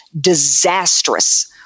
disastrous